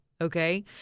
Okay